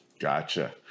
Gotcha